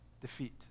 defeat